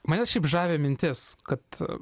mane šiaip žavi mintis kad